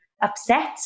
upset